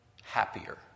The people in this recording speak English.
happier